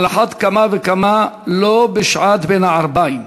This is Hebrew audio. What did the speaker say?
על אחת כמה וכמה לא בשעת בין-הערביים.